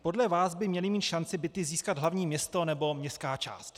Podle vás by mělo mít šanci byty získat hlavní město nebo městská část.